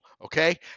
okay